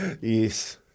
Yes